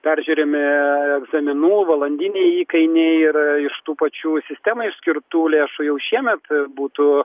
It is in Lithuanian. peržiūrimi egzaminų valandiniai įkainiai ir iš tų pačių sistemai skirtų lėšų jau šiemet būtų